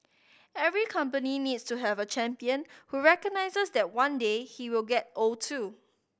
every company needs to have a champion who recognises that one day he will get old too